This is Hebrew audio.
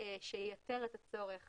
שייתר את הצורך